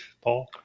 Paul